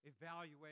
evaluate